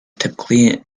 typically